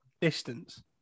distance